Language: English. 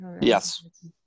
Yes